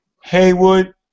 Haywood